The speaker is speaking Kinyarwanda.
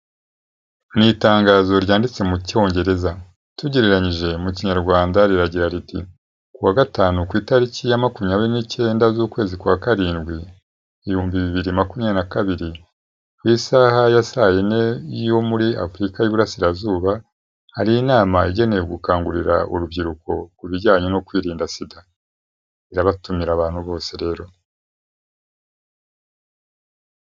Ku itangazo ryanditse mu cyongereza, tugereranyije mu kinyarwanda riragira riti "Kuwa gatanu ku itariki ya makumyabiri n'icyenda z'ukwezi kwa karindwi, ibihumbi bibiri makumyabiri na kabiri, ku isaha ya saa yine yo muri Afurika y'iburasirazuba, hari inama igenewe gukangurira urubyiruko ku bijyanye no kwirinda SIDA." Irabatumira abantu bose rero.